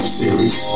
series